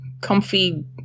comfy